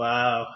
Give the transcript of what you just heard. Wow